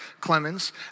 Clemens